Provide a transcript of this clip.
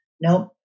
nope